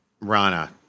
Rana